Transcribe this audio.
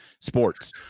Sports